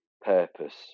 purpose